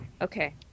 Okay